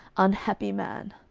unhappy man!